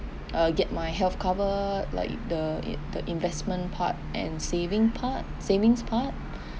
uh get my health cover like the in~ the investment part and saving part savings part